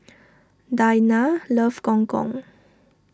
Dayna loves Gong Gong